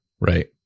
Right